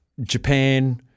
Japan